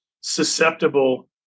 susceptible